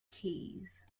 keys